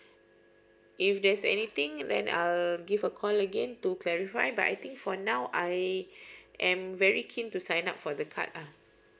if there's anything then I'll give a call again to clarify but I think for now I am very keen to sign up for the card ah